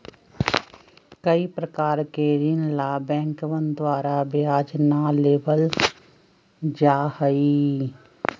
कई प्रकार के ऋण ला बैंकवन द्वारा ब्याज ना लेबल जाहई